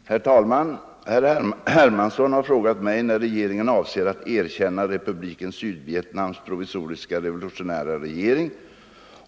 manhang besvara herr Hermanssons i kammarens protokoll för den — Om Sveriges 10 januari intagna frågor, nr 13 resp. 14, och anförde: diplomatiska Herr talman! Herr Hermansson har frågat mig när regeringen avser = förbindelser med att erkänna Republiken Sydvietnams provisoriska revolutionära regering - Republiken